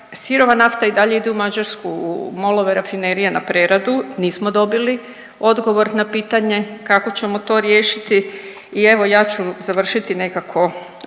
Sirova nafta i dalje ide u Mađarsku u MOL-ove rafinerije na preradu nismo dobili odgovor na pitanje kako ćemo to riješiti. I evo ja ću završiti nekako